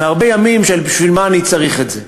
מהרבה ימים של "בשביל מה אני צריך את זה?"